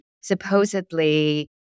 supposedly